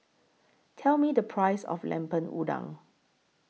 Tell Me The Price of Lemper Udang